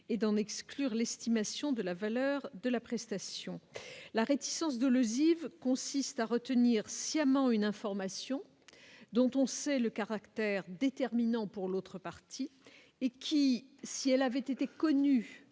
et d'en exclure l'estimation de la valeur de la prestation, la réticence de l'ogive consiste à retenir sciemment une information dont on sait le caractère déterminant pour l'autre partie, et qui, si elle avait été connue